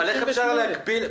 אבל איך אפשר להגביל?